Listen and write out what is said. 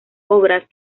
obras